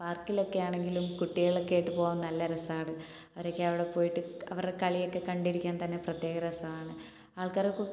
പാർക്കിലൊക്കെ ആണെങ്കിലും കുട്ടികളൊക്കെ ആയിട്ട് പോവാൻ നല്ല രസമാണ് അവരൊക്കെ അവിടെ പോയിട്ട് അവരുടെ കളിയൊക്കെ കണ്ടിരിക്കാൻ തന്നെ ഒരു പ്രത്യേക രസമാണ് ആൾക്കാരൊക്കെ